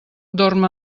dorm